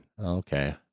Okay